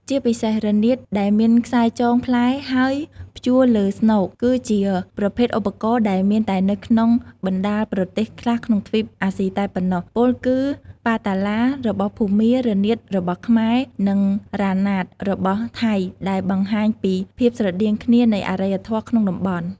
ជាពិសេស រនាតដែលមានខ្សែចងផ្លែហើយព្យួរលើស្នូកគឺជាប្រភេទឧបករណ៍ដែលមានតែនៅក្នុងបណ្តាលប្រទេសខ្លះក្នុងទ្វីបអាស៊ីតែប៉ុណ្ណោះពោលគឺ ប៉ាតាឡា របស់ភូមា រនាត របស់ខ្មែរ និងរ៉ាណាត របស់ថៃដែលបង្ហាញពីភាពស្រដៀងគ្នានៃអរិយធម៌ក្នុងតំបន់។